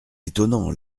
étonnant